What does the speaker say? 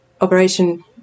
operation